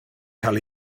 cael